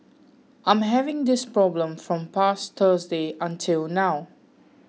I'm having this problem from past Thursday until now